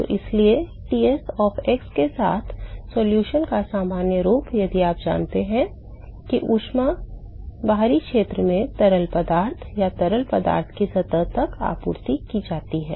तो इसलिए Ts of x के साथ solution का सामान्य रूप यदि आप मानते हैं कि ऊष्मा बाहरी क्षेत्र से तरल पदार्थ या तरल पदार्थ से सतह तक आपूर्ति की जाती है